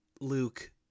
Luke